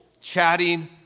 chatting